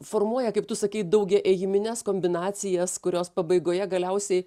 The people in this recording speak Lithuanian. formuoja kaip tu sakei daugiaėjimines kombinacijas kurios pabaigoje galiausiai